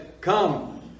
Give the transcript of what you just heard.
come